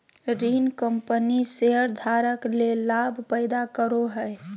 ऋण कंपनी शेयरधारक ले लाभ पैदा करो हइ